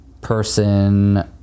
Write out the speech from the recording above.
person